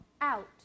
out